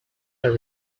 are